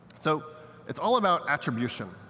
so it's all about attribution.